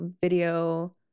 video